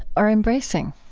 are embracing?